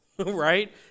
right